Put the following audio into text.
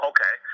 Okay